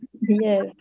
Yes